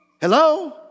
Hello